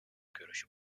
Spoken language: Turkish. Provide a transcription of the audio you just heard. görüşü